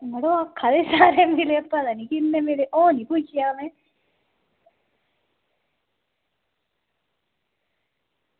मड़ो आक्खा दे सारे मिले किन्ने मिले ओह् निं पुच्छेआ में